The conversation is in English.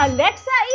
Alexa